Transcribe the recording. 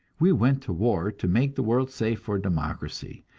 we went to war to make the world safe for democracy,